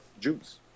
Jews